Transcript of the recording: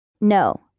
No